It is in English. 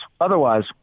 Otherwise